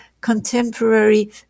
contemporary